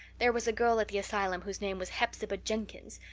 there was a girl at the asylum whose name was hepzibah jenkins,